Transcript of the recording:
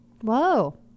whoa